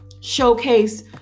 showcase